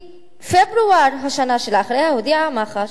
בפברואר בשנה שלאחריה הודיעה מח"ש,